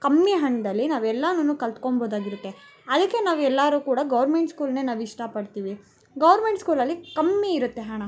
ಕಮ್ಮಿ ಹಣದಲ್ಲಿ ನಾವು ಎಲ್ಲಾನು ಕಲ್ತ್ಕೊಂಬೋದಾಗಿರುತ್ತೆ ಅದಕ್ಕೆ ನಾವೆಲ್ಲರು ಕೂಡ ಗೌರ್ಮೆಂಟ್ ಸ್ಕೂಲನ್ನೇ ನಾವು ಇಷ್ಟಪಡ್ತೀವಿ ಗೌರ್ಮೆಂಟ್ ಸ್ಕೂಲಲ್ಲಿ ಕಮ್ಮಿ ಇರತ್ತೆ ಹಣ